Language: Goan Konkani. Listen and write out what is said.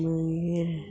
मागीर